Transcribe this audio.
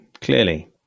clearly